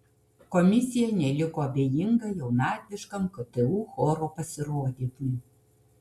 komisija neliko abejinga jaunatviškam ktu choro pasirodymui